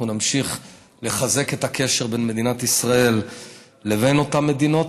אנחנו נמשיך לחזק את הקשר בין מדינת ישראל לבין אותן מדינות,